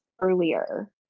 earlier